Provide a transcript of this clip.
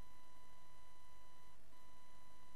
מסר